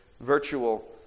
virtual